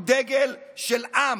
הוא דגל של עם,